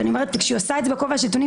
אני אומרת שכשהיא עושה את זה בכובע השלטוני,